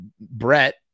brett